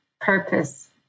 purpose